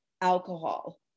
alcohol